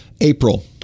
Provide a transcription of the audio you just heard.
April